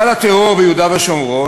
גל הטרור ביהודה ושומרון,